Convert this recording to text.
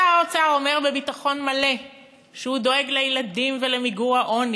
שר האוצר אומר בביטחון מלא שהוא דואג לילדים ולמיגור העוני.